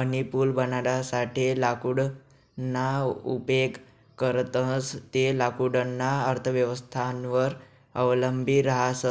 अनी पूल बनाडासाठे लाकूडना उपेग करतंस ते लाकूडना अर्थव्यवस्थावर अवलंबी रहास